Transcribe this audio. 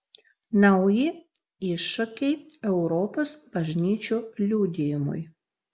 nauji iššūkiai europos bažnyčių liudijimui